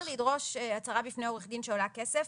לדרוש הצהרה בפני עורך דין שעולה כסף.